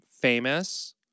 famous